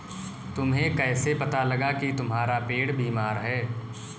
तुम्हें कैसे पता लगा की तुम्हारा पेड़ बीमार है?